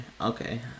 okay